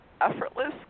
effortless